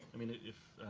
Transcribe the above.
i mean, if